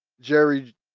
Jerry